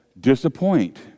disappoint